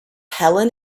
helen